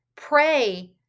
pray